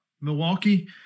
Milwaukee